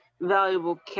valuable